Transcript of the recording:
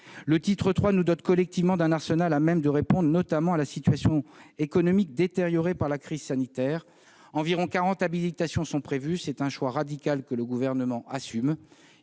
Le titre III nous dote collectivement d'un arsenal à même de répondre notamment à la situation économique détériorée par la crise sanitaire. Environ quarante habilitations sont prévues. C'est un choix radical que le Gouvernement assume.